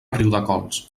riudecols